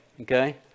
okay